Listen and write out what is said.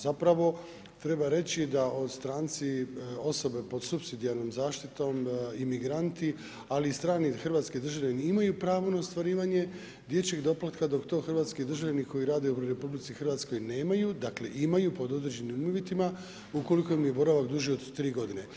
Zapravo treba reći da stranci, osobe pod supsidijarnom zaštitom, imigranti ali i strani hrvatski državljani imaju pravo na ostvarivanje dječjeg doplatka dok to hrvatski državljani koji rade u RH nemaju, dakle imaju pod određenim uvjetima ukoliko im je boravak duži od 3 godine.